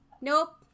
Nope